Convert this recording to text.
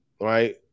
right